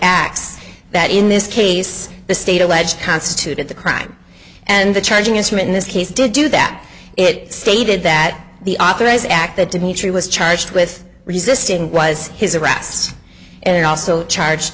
acts that in this case the state alleged constituted the crime and the charging instrument in this case did do that it stated that the authorized act that dimitri was charged with resisting was his arrests and also charged